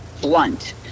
blunt